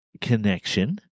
connection